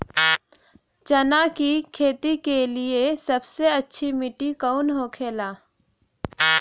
चना की खेती के लिए सबसे अच्छी मिट्टी कौन होखे ला?